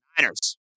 Niners